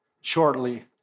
shortly